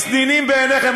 לצנינים בעיניכם,